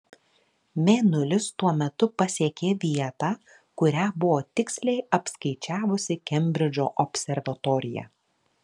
mėnulis tuo metu pasiekė vietą kurią buvo tiksliai apskaičiavusi kembridžo observatorija